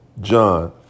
John